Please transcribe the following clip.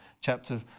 chapter